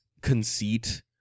conceit